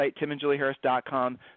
timandjulieharris.com